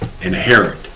inherit